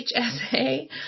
HSA